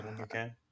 Okay